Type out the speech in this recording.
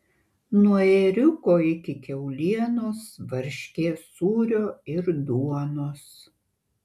nuo ėriuko iki kiaulienos varškės sūrio ir duonos